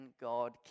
God